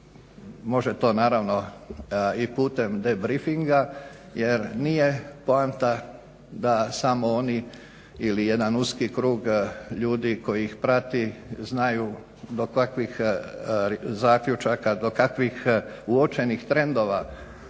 Može to naravno i putem debriefinga jer nije poanta da samo oni ili jedan uski krug ljudi koji ih prati znaju do kakvih zaključaka, do kakvih uočenih trendova